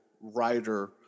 writer